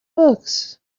books